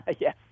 Yes